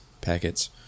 packets